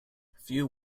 few